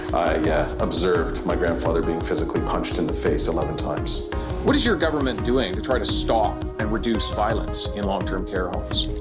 yeah observed my grandfather being physically punched in the face eleven times. david what is your government doing to try to stop and reduce violence in long-term care homes?